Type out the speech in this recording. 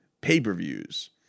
pay-per-views